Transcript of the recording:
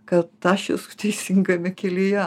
kad aš esu teisingame kelyje